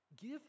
Give